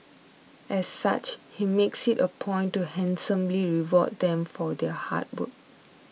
as such he makes it a point to handsomely reward them for their hard work